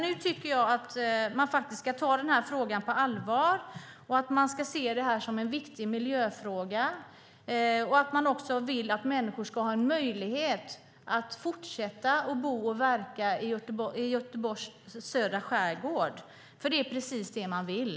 Nu tycker jag att man ska ta frågan på allvar, ska se den som en viktig miljöfråga och också ska vilja att människor ska ha en möjlighet att fortsätta att bo och verka i Göteborgs södra skärgård, för det är precis det de vill.